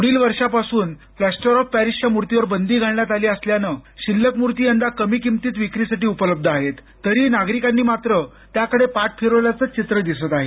पुढील वर्षांपासून plaster of पॅरिसच्या मूर्तींवर बंदी घालण्यात आली असल्यानं शिल्लक मूर्ती यंदा कमी किंमतीतही विक्रीसाठी उपलब्ध आहेत तरीही नागरिकांनी त्याकडे पाठ फिरवल्याचंच चित्र दिसत आहे